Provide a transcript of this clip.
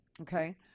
Okay